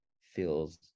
feels